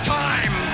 time